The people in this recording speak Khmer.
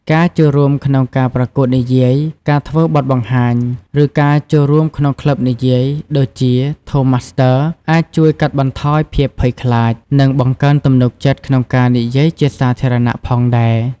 ការចូលរួមក្នុងការប្រកួតនិយាយ ការធ្វើបទបង្ហាញ ឬការចូលរួមក្នុងក្លឹបនិយាយ ដូចជា ថូសម៉ាស្ទ័រ (Toastmasters) អាចជួយកាត់បន្ថយភាពភ័យខ្លាច និងបង្កើនទំនុកចិត្តក្នុងការនិយាយជាសាធារណៈផងដែរ។